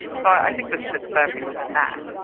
so i think this sits firmly within that.